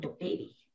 baby